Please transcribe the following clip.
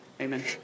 Amen